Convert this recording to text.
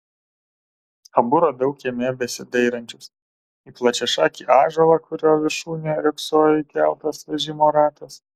abu radau kieme besidairančius į plačiašakį ąžuolą kurio viršūnėje riogsojo įkeltas vežimo ratas